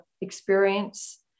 experience